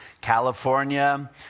California